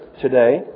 today